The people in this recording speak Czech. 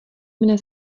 mne